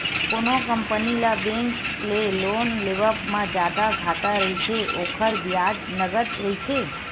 कोनो कंपनी ल बेंक ले लोन लेवब म जादा घाटा रहिथे, ओखर बियाज नँगत रहिथे